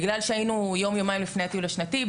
בגלל שהיינו יום יומיים לפני הטיול השנתי,